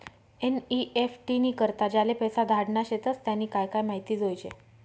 NEFT नी करता ज्याले पैसा धाडना शेतस त्यानी काय काय माहिती जोयजे